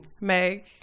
Meg